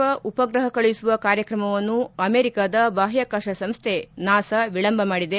ಸೂರ್ಜನಿಗೆ ಸಮೀಪ ಉಪಗ್ರಹ ಕಳುಹಿಸುವ ಕಾರ್ಯಕ್ರಮವನ್ನು ಅಮೆರಿಕದ ಬಾಹ್ವಾಕಾಶ ಸಂಸ್ಥೆ ನಾಸಾ ವಿಳಂಬ ಮಾಡಿದೆ